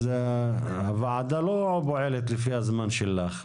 הוועדה לא פועלת לפי הזמן שלך,